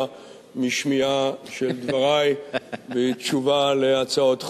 משמיעה של דברי בתשובה על הצעות חוק.